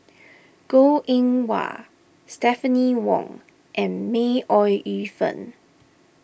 Goh Eng Wah Stephanie Wong and May Ooi Yu Fen